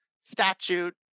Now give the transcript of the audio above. statute